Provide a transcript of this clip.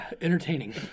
entertaining